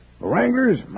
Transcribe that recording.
Wranglers